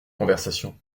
conversation